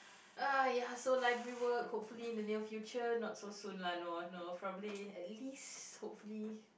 uh ya so library work hopefully in the near future not so soon lah no no probably at least hopefully